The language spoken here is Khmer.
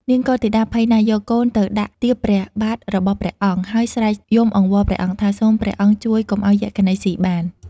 នាងកុលធីតាភ័យណាស់ យកកូនទៅដាក់ទៀបព្រះបាទរបស់ព្រះអង្គ ហើយស្រែកយំអង្វរព្រះអង្គថា សូមព្រះអង្គជួយកុំឲ្យយក្ខិនីស៊ីបាន។